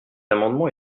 amendement